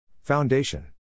Foundation